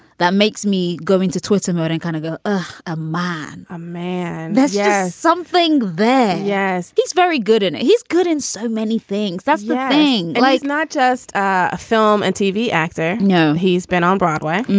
that makes me go into twitter mode and kind of ah ah a man a man. there's yeah something there. yes, he's very good. and he's good in so many things. that's the thing. like not just a film and tv actor no. he's been on broadway